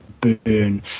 burn